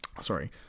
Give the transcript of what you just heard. Sorry